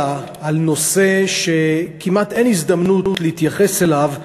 על נושא שכמעט אין הזדמנות להתייחס אליו,